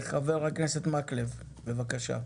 חבר הכנסת מקלב, בבקשה.